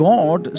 God